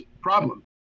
problem